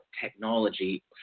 technology